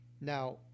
Now